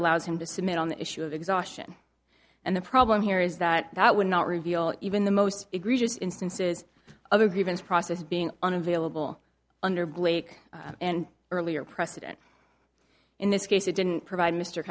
allows him to submit on the issue of exhaustion and the problem here is that that would not reveal even the most egregious instances of a grievance process being unavailable under blake and earlier precedent in this case it didn't provide m